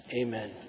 Amen